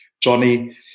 Johnny